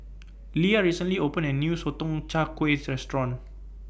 Leah recently opened A New Sotong Char Kway Restaurant